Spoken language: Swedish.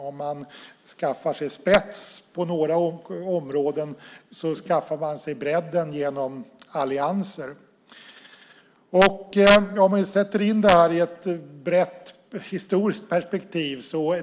Om man skaffar sig spets på några områden skaffar man sig bredden genom allianser. Vi kan sätta in det här i ett brett historiskt perspektiv.